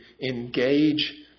engage